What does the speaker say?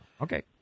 Okay